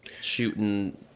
shooting